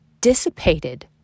dissipated